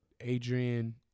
Adrian